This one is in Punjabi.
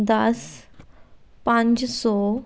ਦਸ ਪੰਜ ਸੌ